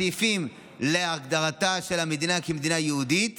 הסעיפים להגדרתה של המדינה כמדינה יהודית